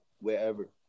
wherever